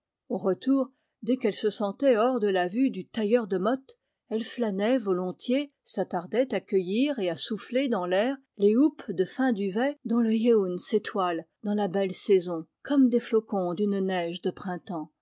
au retour dès qu'elle se sentait hors de la vue du tailleur de mottes elle flânait volontiers s'attardait à cueillir et à souffler dans l'air les houppes de fin duvet dont le yeun s'étoile dans la belle saison comme des flocons d'une neige de printemps